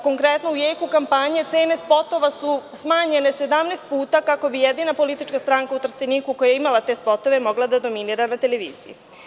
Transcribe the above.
Konkretno, u jeku kampanje cene spotova su smanjene 17 puta kako bi jedina politička stranka u Trsteniku koja je imala te spotove mogla da dominira na televiziji.